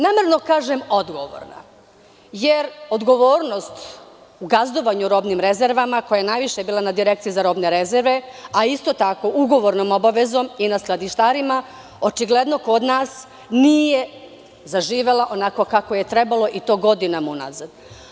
Namerno kažem odgovoran jer odgovornost gazdovanjem robnih rezervi koja je najviše bila na Direkciji za robne rezerve, a isto tako ugovornom obavezom i na skladištarima, očigledno kod nas nije zaživela onako kako je trebalo i to godinama unazad.